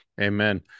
amen